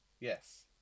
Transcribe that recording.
Yes